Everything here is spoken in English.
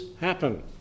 happen